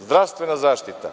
zdravstvena zaštita,